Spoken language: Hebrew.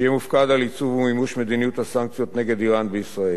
שיהיה מופקד על עיצוב ומימוש מדיניות הסנקציות נגד אירן בישראל.